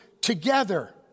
together